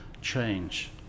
change